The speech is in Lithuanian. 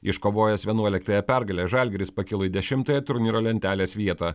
iškovojęs vienuoliktąją pergalę žalgiris pakilo į dešimtąją turnyro lentelės vietą